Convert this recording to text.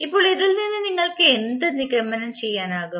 ഇപ്പോൾ ഇതിൽ നിന്ന് നിങ്ങൾക്ക് എന്ത് നിഗമനം ചെയ്യാനാകും